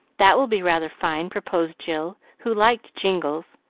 that will be rather fine, proposed jill, who liked jingles.